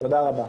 תודה רבה.